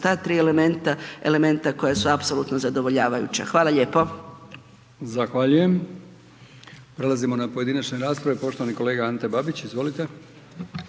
ta 3 elementa elementa koja su apsolutno zadovoljavajuća. Hvala lijepo. **Brkić, Milijan (HDZ)** Zahvaljujem. Prelazimo na pojedinačne rasprave, poštovani kolega Ante Babić, izvolite.